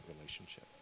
relationship